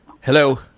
Hello